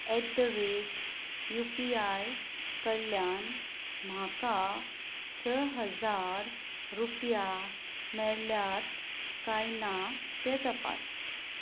eight the rate U P I कडल्यान म्हाका स हजार रुपया मेळ्ळ्यात कांय ना तें तपास